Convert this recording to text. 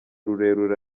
rurerure